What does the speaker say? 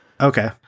Okay